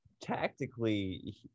tactically